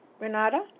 Renata